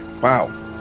wow